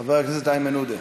חבר הכנסת איימן עודה,